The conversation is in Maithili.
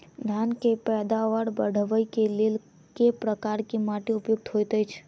धान केँ पैदावार बढ़बई केँ लेल केँ प्रकार केँ माटि उपयुक्त होइत अछि?